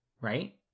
right